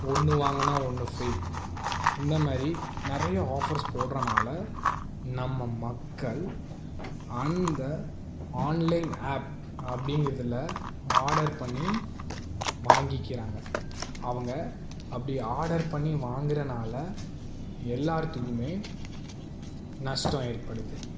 ஒன்று வாங்கினா ஒன்று ஃபிரீ இந்தமாதிரி நிறைய ஆஃபர்ஸ் போடுகிறனால நம்ம மக்கள் அந்த ஆன்லைன் ஆப் அப்படிங்குறதுல ஆடர் பண்ணி வாங்கிக்கிறாங்க அவங்க அப்ப டி ஆடர் பண்ணி வாங்கிறனால எல்லார்த்துக்குமே நஷ்டம் ஏற்படுது